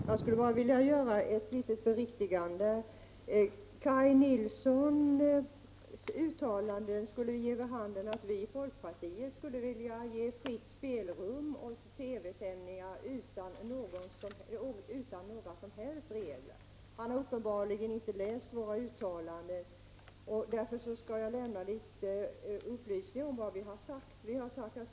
Herr talman! Jag skulle bara vilja göra ett litet beriktigande. Kaj Nilssons uttalanden ger vid handen att vi i folkpartiet skulle vilja ge fritt spelrum åt TV-sändningar utan några som helst regler. Han har uppenbarligen inte läst våra uttalanden och därför skall jag lämna några upplysningar om vad vi har sagt.